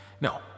No